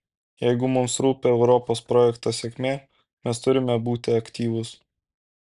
jeigu mums rūpi europos projekto sėkmė mes turime būti aktyvūs